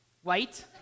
White